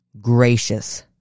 gracious